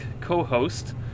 co-host